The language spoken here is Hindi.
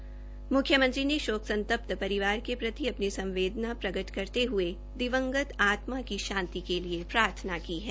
म्ख्यमंत्री ने शोक संतप्त परिवार के प्रति अपनी संवेदना प्रकट करते हुए दिवगंत आत्मा की शांति के लिए प्रार्थना की है